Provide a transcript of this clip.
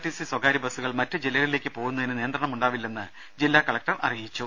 TC സ്വകാര്യ ബസ്സുകൾ മറ്റ് ജില്ലകളിലേക്ക് പോകുന്നതിന് നിയന്ത്രണമുണ്ടാവില്ലെന്ന് ജില്ലാ കലക്ടർ അറിയിച്ചു